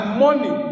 money